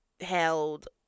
held